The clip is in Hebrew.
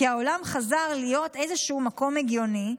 כי העולם חזר להיות איזשהו מקום הגיוני,